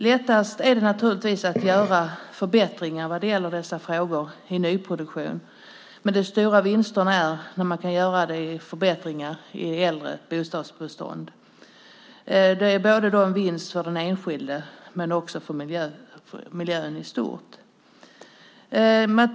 Lättast är det naturligtvis att göra förbättringar i detta sammanhang i nyproduktion. Men de stora vinsterna får man när man kan göra förbättringar i äldre bostadsbestånd. Det blir en vinst både för den enskilde och för miljön i stort.